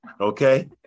okay